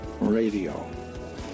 radio